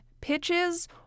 pitches